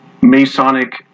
Masonic